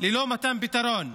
ללא מתן פתרון.